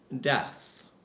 death